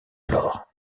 alors